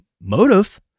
motive